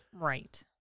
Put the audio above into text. Right